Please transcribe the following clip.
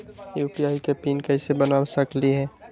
UPI के pin कैसे बना सकीले?